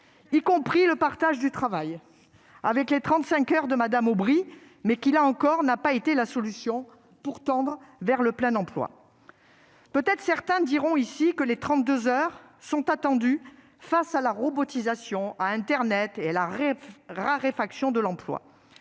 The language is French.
y compris le partage du travail avec les 35 heures de Mme Aubry, qui n'ont pas été la solution pour tendre vers le plein emploi. Peut-être certains ici diront-ils que les 32 heures permettront de faire face à la robotisation, à internet et à la raréfaction de l'emploi.